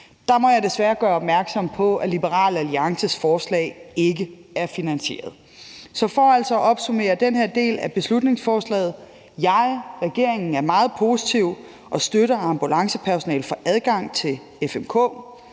Der må jeg desværre gøre opmærksom på, at Liberal Alliances forslag ikke er finansieret. Så for at opsummere den her del af beslutningsforslaget: Jeg og regeringen er meget positive over for og støtter, at ambulancepersonalet får adgang til FMK.